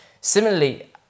Similarly